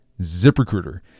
ZipRecruiter